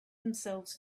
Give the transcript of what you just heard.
themselves